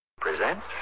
Presents